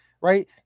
right